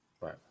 Right